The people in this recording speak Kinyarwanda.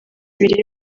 ibiri